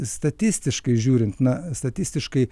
statistiškai žiūrint na statistiškai